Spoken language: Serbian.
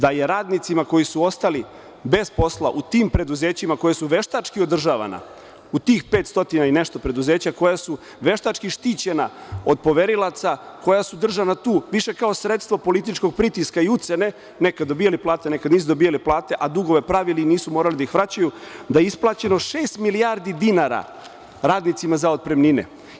Da je radnicima koji su ostali bez posla u tim preduzećima koji su veštački održavana u tih pet stotina i nešto preduzeća koja su veštački štićena, od poverilaca koja su držana tu više kao sredstvo političkog pritiska i ucene nekad dobijali plate, nekad nisu dobijali plate, a dugove pravili i nisu morali da ih vraćaju, da je isplaćeno šest milijardi dinara radnicima za otpremnine.